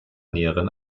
näheren